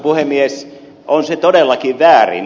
on se todellakin väärin